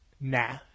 Nah